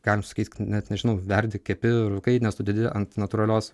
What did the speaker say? galim sakyt net nežinau verdi kepi rūkai nes tu dedi ant natūralios